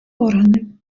органи